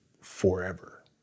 forever